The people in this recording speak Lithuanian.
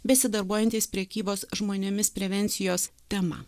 besidarbuojantys prekybos žmonėmis prevencijos tema